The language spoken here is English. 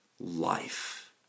life